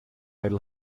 idle